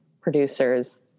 producers